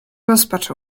rozpacz